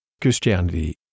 Christianity